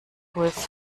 holz